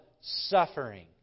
suffering